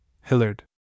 Hillard